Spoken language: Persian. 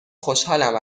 خوشحالم